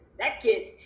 second